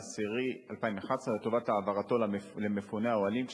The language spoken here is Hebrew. באוקטובר 2011 לטובת העברתו למפוני האוהלים.